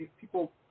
people